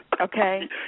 okay